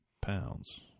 pounds